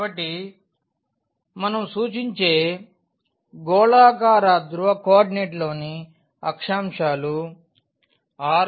కాబట్టి మనం సూచించే గోళాకార ధ్రువ కోఆర్డినేట్ లోని అక్షాంశాలుrθϕ